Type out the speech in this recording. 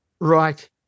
right